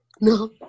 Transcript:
no